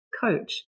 coach